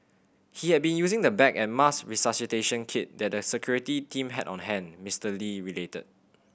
he had been using the bag and mask resuscitation kit that the security team had on hand Mister Lee related